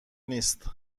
نیست